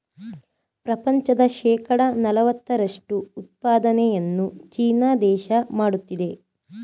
ಪ್ರಪಂಚದ ಶೇಕಡ ನಲವತ್ತರಷ್ಟು ಉತ್ಪಾದನೆಯನ್ನು ಚೀನಾ ದೇಶ ಮಾಡುತ್ತಿದೆ